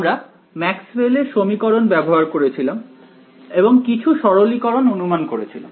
আমরা ম্যাক্সওয়েলের Maxwell's সমীকরণ ব্যবহার করেছিলাম এবং কিছু সরলীকরণ অনুমান করেছিলাম